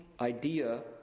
idea